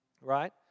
Right